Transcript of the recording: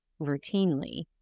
routinely